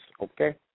Okay